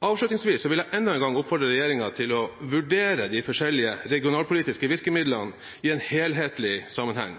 Avslutningsvis vil jeg enda en gang oppfordre regjeringen til å vurdere de forskjellige regionalpolitiske virkemidlene i en helhetlig sammenheng